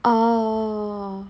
orh